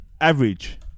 average